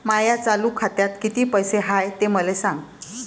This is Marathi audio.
माया चालू खात्यात किती पैसे हाय ते मले सांगा